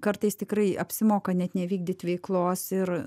kartais tikrai apsimoka net nevykdyt veiklos ir